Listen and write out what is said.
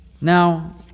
Now